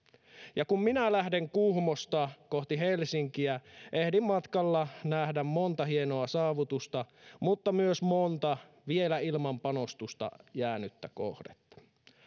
ja kun minä lähden kuhmosta kohti helsinkiä ehdin matkalla nähdä monta hienoa saavutusta mutta myös monta vielä ilman panostusta jäänyttä kohdetta